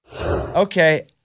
Okay